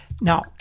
Now